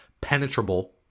penetrable